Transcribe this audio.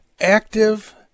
active